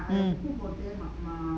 mm